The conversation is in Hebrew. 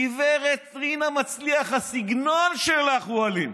גב' רינה מצליח, הסגנון שלך הוא אלים,